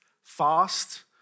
fast